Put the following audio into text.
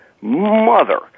Mother